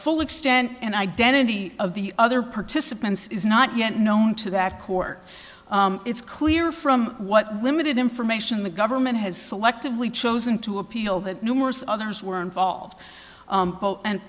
full extent and identity of the other participants is not yet known to that court it's clear from what limited information the government has selectively chosen to appeal that numerous others were involved